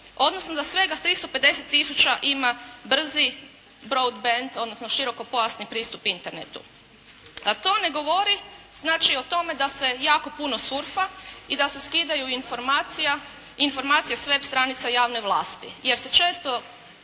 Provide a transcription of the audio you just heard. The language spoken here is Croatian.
odnosno da svega 350 tisuća ima brzi broadbend odnosno širokopojasni pristup Internetu. To ne govori znači o tome da se jako puno surfa i da se skidaju informacije s web stranica javne vlasti, jer se često,